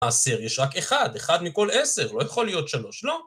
מעשר יש רק אחד, אחד מכל עשר, לא יכול להיות שלוש, לא?